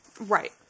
Right